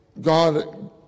God